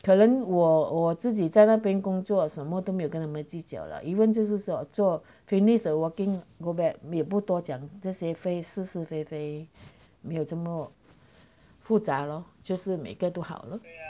可能我我自己在那边工作什么都没有跟那么计较啦 even 就是说做 finish ah working go back 没不多讲这些非是是非非没有这么复杂咯就是每个都好 lor